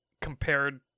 compared